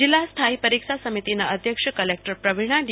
જિલ્લા સ્થાયી પરીક્ષા સમિતિના અધ્યક્ષ કલેકટર પ્રવીણા ડી